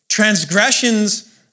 Transgressions